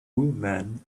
men